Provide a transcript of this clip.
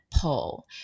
pull